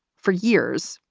for years,